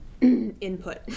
input